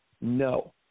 No